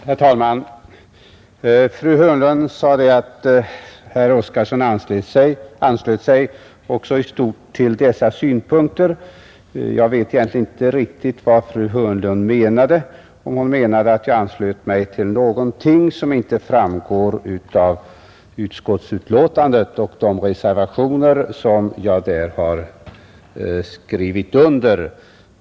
Herr talman! Fru Hörnlund sade i sitt anförande att också herr Oskarson i stort anslöt sig till dessa synpunkter. Jag vet egentligen inte riktigt vad fru Hörnlund menade, om hon menade att jag anslöt mig till någonting som inte framgår av min inställning till utskottsbetänkandet och de reservationer som jag där har skrivit under.